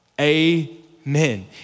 Amen